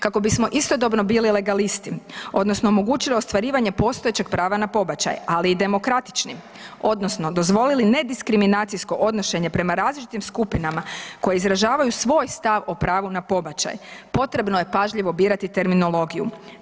Kako bismo istodobno bili legalisti odnosno omogućili ostvarivanje postojećeg prava na pobačaje, ali i demokratični odnosno dozvolili ne diskriminacijsko odnošenje prema različitim skupinama koje izražavaju svoj stav o pravu na pobačaj, potrebno je pažljivo birati terminologiju.